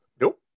Nope